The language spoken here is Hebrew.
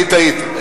אני טעיתי.